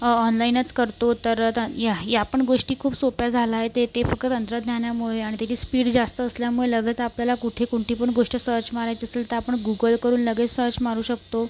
ऑनलाइनच करतो तर ह्या ह्या पण गोष्टी खूप सोप्या झाल्या आहे ते ते फक्त तंत्रज्ञानामुळे आणि त्याची स्पीड जास्त असल्यामुळे लगेच आपल्याला कुठे कोणती पण गोष्ट सर्च मारायची असेल तर आपण गूगल करून लगेच सर्च मारू शकतो